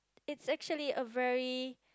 it's actually a very